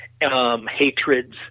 hatreds